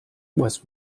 was